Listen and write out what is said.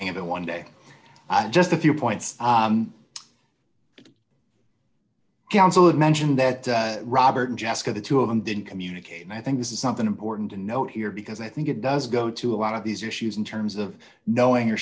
and then one day i just a few points counsel had mentioned that robert and jessica the two of them didn't communicate and i think this is something important to note here because i think it does go to a lot of these issues in terms of knowing or